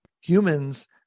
Humans